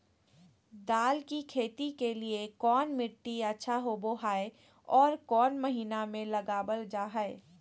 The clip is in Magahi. दाल की खेती के लिए कौन मिट्टी अच्छा होबो हाय और कौन महीना में लगाबल जा हाय?